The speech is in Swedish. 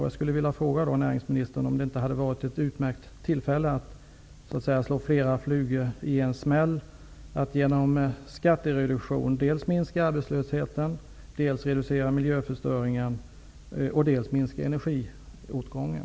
Jag vill fråga näringsministern: Hade det inte varit ett utmärkt tillfälle att slå flera flugor i en smäll att genom skattereduktion dels minska arbetslösheten, dels reducera miljöförstöringen, och dels minska energiåtgången?